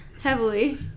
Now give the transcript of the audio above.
heavily